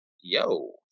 yo